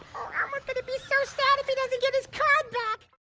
elmo's gonna be so sad if he doesn't get his card back.